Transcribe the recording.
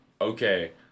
Okay